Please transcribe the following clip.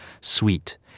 sweet